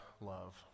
love